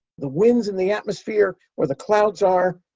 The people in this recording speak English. the winds in the atmosphere, where the clouds are,